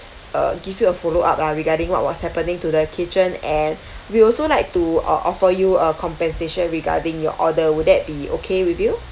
uh give you a follow up lah regarding what was happening to the kitchen and we also like to uh offer you a compensation regarding your order would that be okay with you